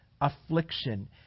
affliction